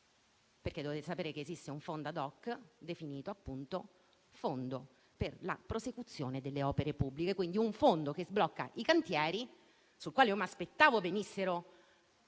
- dovete sapere che esiste un fondo *ad hoc*, definito, appunto, fondo per la prosecuzione delle opere pubbliche, quindi un fondo che sblocca i cantieri, sul quale mi aspettavo venissero